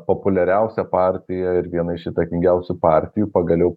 populiariausia partija ir viena iš įtakingiausių partijų pagaliau